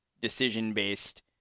decision-based